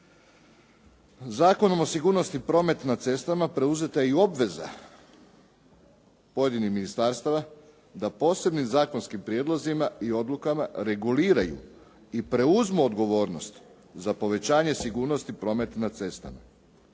Zakonom o sigurnosti prometa na cestama preuzeta je i obveza pojedinih ministarstava da posebnim zakonskim prijedlozima i odlukama reguliraju i preuzmu odgovornost za povećanje sigurnosti prometa na cestama.